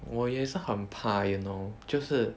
我也是很怕 you know 就是